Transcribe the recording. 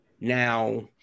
now